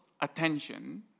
attention